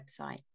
website